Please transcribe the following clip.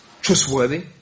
trustworthy